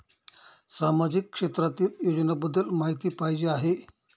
सामाजिक क्षेत्रातील योजनाबद्दल माहिती पाहिजे आहे?